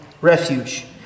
refuge